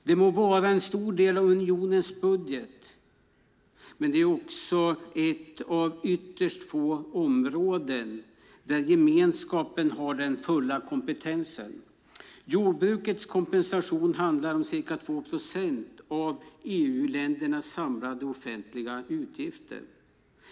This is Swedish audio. De må vara en stor del av unionens budget, men det är också ett av ytterst få områden där gemenskapen har den fulla kompetensen. Jordbrukets kompensation handlar om cirka två procent av EU-ländernas samlade offentliga utgifter.